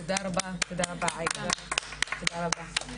הישיבה ננעלה בשעה